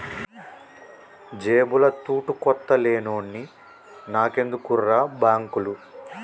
జేబుల తూటుకొత్త లేనోన్ని నాకెందుకుర్రా బాంకులు